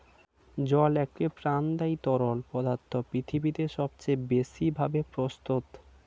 জল একটি প্রাণদায়ী তরল পদার্থ পৃথিবীতে সবচেয়ে বেশি ভাবে প্রস্তুত